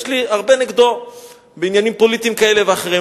יש לי הרבה נגדו בעניינים פוליטיים כאלה ואחרים.